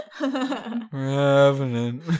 Revenant